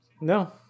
No